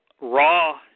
Raw